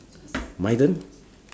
my turn